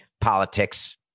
politics